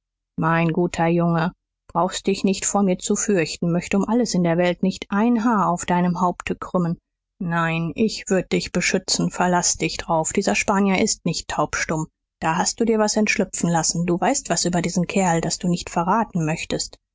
mein guter junge brauchst dich nicht vor mir zu fürchten möcht um alles in der welt nicht ein haar auf deinem haupte krümmen nein ich würd dich beschützen verlaß dich drauf dieser spanier ist nicht taubstumm da hast du dir was entschlüpfen lassen du weißt was über diesen kerl das du nicht verraten möchtest